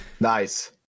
Nice